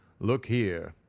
look here,